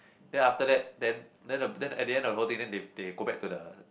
then after that then then the then the at the end of the whole thing they they go back to the